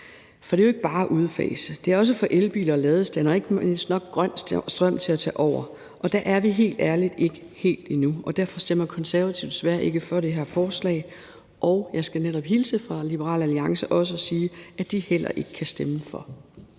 for det er jo ikke bare at udfase; det er også at få elbiler og ladestandere og ikke mindst grøn strøm nok, til at det kan tage over. Dér er vi helt ærligt ikke helt endnu, og derfor stemmer Konservative desværre ikke for det her forslag. Og jeg skal netop hilse fra Liberal Alliance og sige, at de heller ikke kan stemme for.